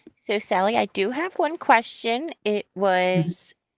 so sally, i do have one question. it was,